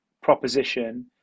proposition